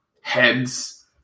heads